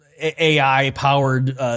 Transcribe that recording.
AI-powered